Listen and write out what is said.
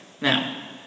Now